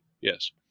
Yes